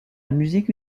musique